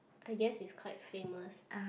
I guess it's quite famous